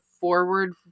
forward